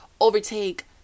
overtake